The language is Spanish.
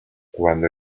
cuando